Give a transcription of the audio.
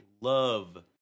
Love